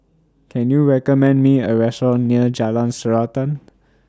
Can YOU recommend Me A Restaurant near Jalan Srantan